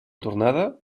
tornada